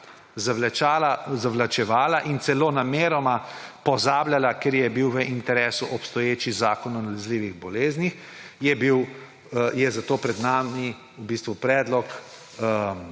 zavlačevala in celo namenoma je pozabljala, ker ji je bil v interesu obstoječi zakon o nalezljivih boleznih, je zato pred nami v bistvu predlog